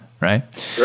Right